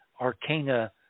arcana